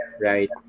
right